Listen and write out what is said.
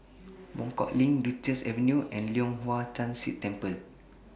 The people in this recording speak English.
Buangkok LINK Duchess Avenue and Leong Hwa Chan Si Temple